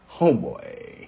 Homeboy